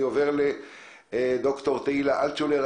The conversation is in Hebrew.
אני עובר לד"ר תהילה אלטשולר,